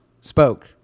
Spoke